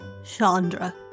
Chandra